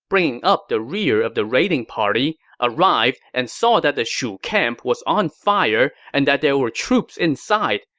bringing up the rear of the raiding party, arrived and saw that the shu camp was on fire and that there were troops inside,